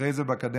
ואחרי זה בקדנציה,